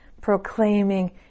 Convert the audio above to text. proclaiming